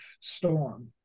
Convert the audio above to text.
Storm